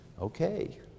okay